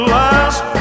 last